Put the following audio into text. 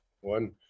One